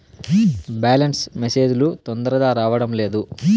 Balance message లు తొందరగా రావడం లేదు?